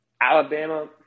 Alabama